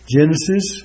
Genesis